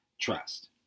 Trust